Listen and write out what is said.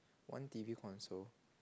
one T_V console